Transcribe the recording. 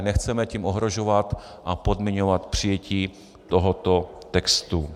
Nechceme tím ohrožovat a podmiňovat přijetí tohoto textu.